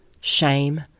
shame